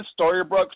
Storybrooke